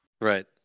right